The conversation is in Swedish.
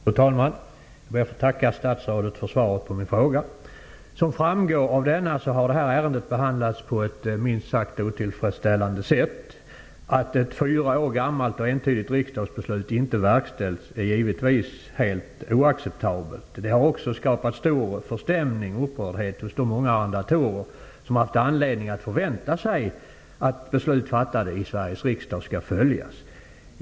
Fru talman! Jag ber att få tacka statsrådet för svaret på min fråga. Som framgår av denna har detta ärende behandlats på ett minst sagt otillfredsställande sätt. Att ett fyra år gammalt och entydigt riksdagsbeslut inte verkställs är givetvis helt oacceptabelt. Det har också skapat stor förstämning och upprördhet hos de många arrendatorer som haft anledning att förvänta sig att beslut fattade i Sveriges riksdag skall följas.